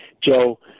Joe